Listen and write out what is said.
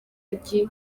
mujyi